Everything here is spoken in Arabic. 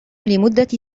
لمدة